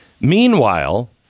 Meanwhile